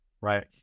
Right